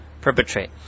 perpetrate